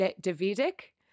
Davidic